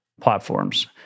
platforms